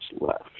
left